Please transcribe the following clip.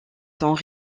sont